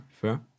fair